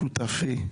שותפי,